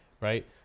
right